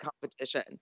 competition